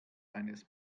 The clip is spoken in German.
eines